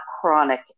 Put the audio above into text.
chronic